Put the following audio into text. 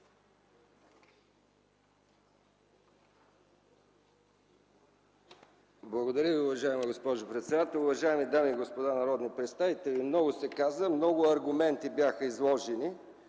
Благодаря, госпожо председател. Уважаеми дами и господа народни представители, много се каза, много аргументи бяха изложени.